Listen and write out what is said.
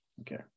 Okay